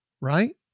Right